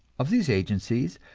of these agencies,